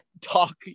talk